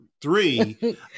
Three